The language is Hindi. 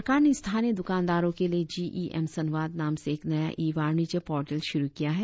सरकार ने स्थानीय द्रकानदारों के लिए जी ई एम संवाद नाम से एक नया ई वाणिज्य पोर्टल शुरु किया है